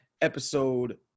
episode